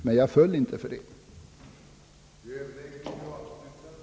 Men jag föll inte för den frestelsen.